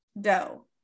dough